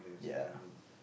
ya